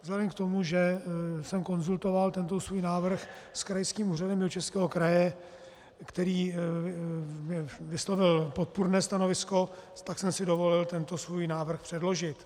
Vzhledem k tomu, že jsem konzultoval tento svůj návrh s Krajským úřadem Jihočeského kraje, který vyslovil podpůrné stanovisko, tak jsem si dovolil tento svůj návrh předložit.